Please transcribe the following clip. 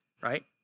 right